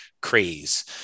craze